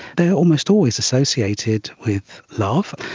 they are almost always associated with love.